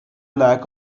lack